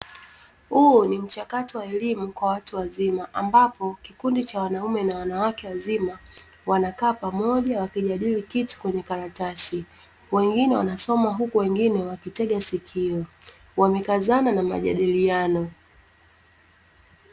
Huu ni mchakato wa elimu kwa watu wazima ambapo kikundi cha wanaume na wanawake wazima wanakaa pamoja wakijadili kitu kwenye karatasi, wengine wanasoma huku wengine wakitega sikio. Wamekazana na majadiliano.